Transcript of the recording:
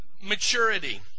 maturity